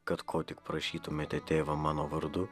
kad ko tik prašytumėte tėvą mano vardu